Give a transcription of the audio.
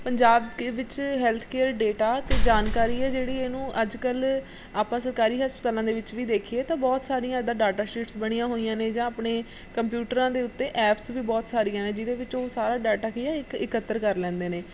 ਪੰਜਾਬ ਦੇ ਵਿੱਚ health care data ਅਤੇ ਜਾਣਕਾਰੀ ਹੈ ਜਿਹੜੀ ਇਹਨੂੰ ਅੱਜ ਕੱਲ੍ਹ ਆਪਾਂ ਸਰਕਾਰੀ ਹਸਪਤਾਲਾਂ ਦੇ ਵਿੱਚ ਵੀ ਦੇਖੀਏ ਤਾਂ ਬਹੁਤ ਸਾਰੀਆਂ ਇੱਦਾਂ ਡਾਟਾ ਸ਼ੀਟਸ ਬਣੀਆਂ ਹੋਈਆਂ ਨੇ ਜਾਂ ਆਪਣੇ ਕੰਪਿਊਟਰਾਂ ਦੇ ਉੱਤੇ ਐਪਸ ਵੀ ਬਹੁਤ ਸਾਰੀਆਂ ਨੇ ਜਿਹਦੇ ਵਿੱਚ ਉਹ ਸਾਰਾ ਡਾਟਾ ਕੀ ਹੈ ਇਕ ਇਕੱਤਰ ਕਰ ਲੈਂਦੇ ਨੇ